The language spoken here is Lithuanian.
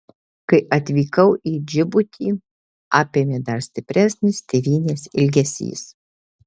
kai atvykau į džibutį apėmė dar stipresnis tėvynės ilgesys